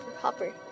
Hopper